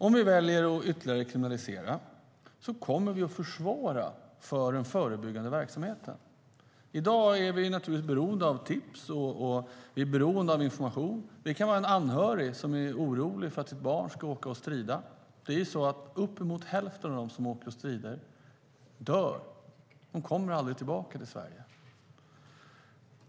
Om vi väljer att ytterligare kriminalisera kommer vi att försvåra för den förebyggande verksamheten.I dag är vi beroende av tips och information. Det kan vara en anhörig som är orolig för att ett barn ska åka och strida. Uppemot hälften av dem som åker och strider dör - de kommer aldrig tillbaka till Sverige.